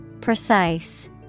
Precise